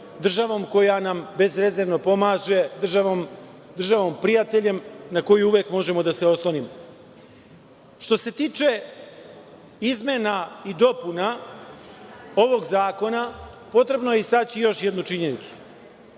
državom koja nam bezrezervno pomaže, državom prijateljem, na koju uvek možemo da se oslonimo. Što se tiče izmena i dopuna ovog zakona, potrebno je istaći još jednu činjenicu.